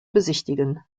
besichtigen